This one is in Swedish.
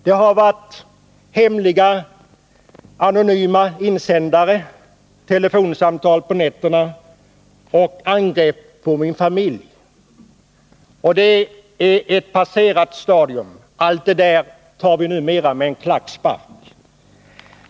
Det har vafit anonyma insändare, telefonsamtal på nätterna och angrepp på min familj. Detta är ett passerat stadium — allt det där tar vi numera med”en klackspark.